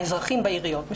האזרחים בעיריות,